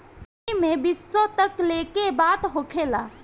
एईमे विश्व तक लेके बात होखेला